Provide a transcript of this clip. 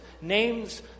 names